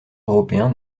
européen